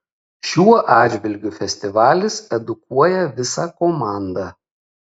šiuo atžvilgiu festivalis edukuoja visą komandą